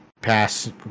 pass